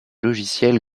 logiciels